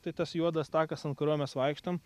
tai tas juodas takas ant kurio mes vaikštom